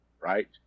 right